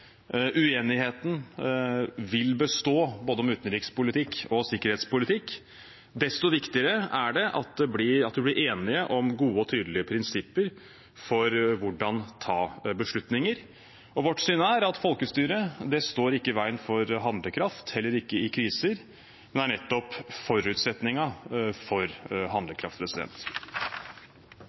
Uenigheten vil bestå, både om utenrikspolitikk og sikkerhetspolitikk. Desto viktigere er det at vi blir enige om gode og tydelige prinsipper for hvordan man tar beslutninger. Vårt syn er at folkestyre ikke står i veien for handlekraft, heller ikke i kriser, men er nettopp forutsetningen for handlekraft.